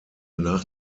nach